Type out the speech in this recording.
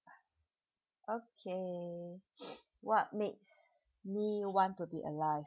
okay what makes me want to be alive